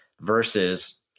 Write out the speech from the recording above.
versus